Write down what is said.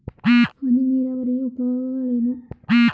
ಹನಿ ನೀರಾವರಿಯ ಉಪಯೋಗಗಳೇನು?